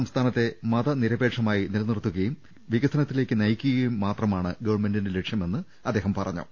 സംസ്ഥാനത്തെ മതനിരപേക്ഷമായി നിലനിർത്തുകയും വികസനത്തിലേക്ക് നയിക്കുകയും മാത്രമാണ് ഗവൺമെന്റിന്റെ ലക്ഷ്യമെന്നും അദ്ദേഹം പറഞ്ഞു